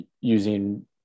using